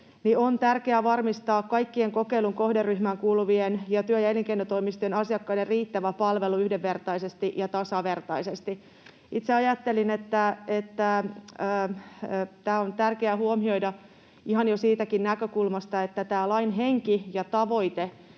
on tärkeää varmistaa kaikkien kokeilun kohderyhmään kuuluvien ja työ- ja elinkeinotoimistojen asiakkaiden riittävä palvelu yhdenvertaisesti ja tasavertaisesti. Itse ajattelin, että tämä on tärkeää huomioida ihan jo siitäkin näkökulmasta, että lain henki ja tavoite